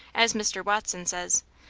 as mr. watson says,